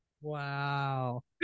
wow